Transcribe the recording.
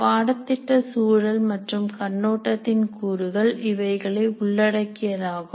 பாடத்திட்ட சூழல் மற்றும் கண்ணோட்டத்தின் கூறுகள் இவைகளை உள்ளடக்கியதாகும்